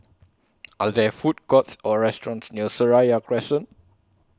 Are There Food Courts Or restaurants near Seraya Crescent